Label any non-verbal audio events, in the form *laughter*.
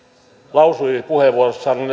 lausui puheenvuorossaan on *unintelligible*